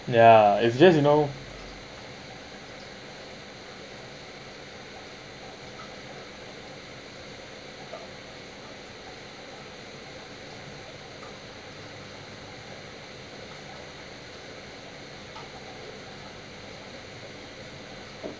ya it's just you know